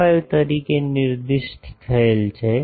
5 તરીકે નિર્દિષ્ટ થયેલ છે